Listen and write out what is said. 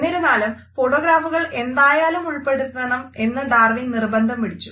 എന്നിരുന്നാലും ഫോട്ടോഗ്രാഫുകൾ എന്തായാലും ഉൾപ്പെടുത്തണം എന്ന് ഡാർവിൻ നിർബന്ധം പിടിച്ചു